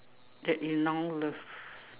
that you now love